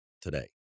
today